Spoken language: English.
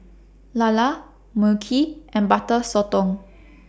Lala Mu Kee and Butter Sotong